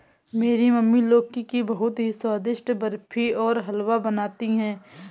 मेरी मम्मी लौकी की बहुत ही स्वादिष्ट बर्फी और हलवा बनाती है